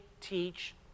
teach